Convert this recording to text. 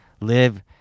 live